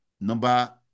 number